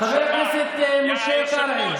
חבר הכנסת שלמה קרעי,